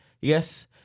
yes